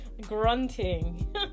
Grunting